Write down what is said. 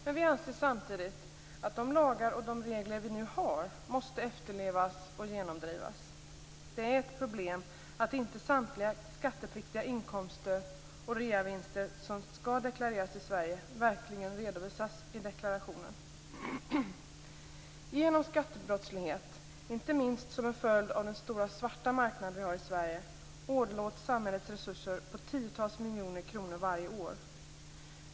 Men vi anser samtidigt att de lagar och regler som vi nu har måste efterlevas och genomdrivas. Det är ett problem att inte samtliga skattepliktiga inkomster och reavinster som skall deklareras i Sverige verkligen redovisas i deklarationen. Genom skattebrottslighet, inte minst som en följd av den stora svarta marknad vi har i Sverige, åderlåts samhällets resurser på tiotals miljarder kronor varje år.